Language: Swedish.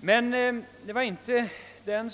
Herr talman!